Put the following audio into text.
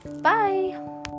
Bye